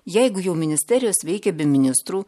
jeigu jau ministerijos veikia be ministrų